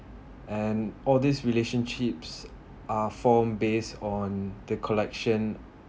and all these relationships are form base on the collection